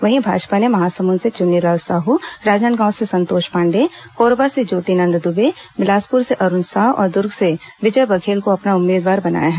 वहीं भाजपा ने महासमुंद से चुन्नीलाल साहू राजनांदगांव से संतोष पांडेय कोरबा से ज्योतिनंद दुबे बिलासपुर से अरूण साव और दुर्ग से विजय बघेल को अपना उम्मीदवार बनाया है